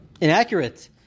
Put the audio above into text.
inaccurate